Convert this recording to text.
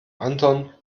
anton